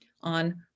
on